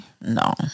No